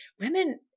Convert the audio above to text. women